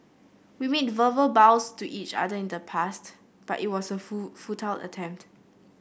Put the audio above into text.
we made verbal vows to each other in the past but it was a futile attempt